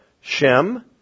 Shem